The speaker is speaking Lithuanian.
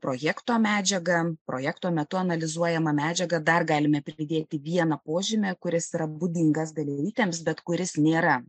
projekto medžiaga projekto metu analizuojama medžiaga dar galime pridėti vieną požymį kuris yra būdingas dalelytėms bet kuris nėra